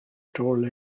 told